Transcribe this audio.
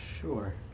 Sure